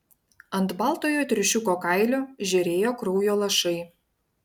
ant baltojo triušiuko kailio žėrėjo kraujo lašai